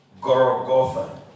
Gorogotha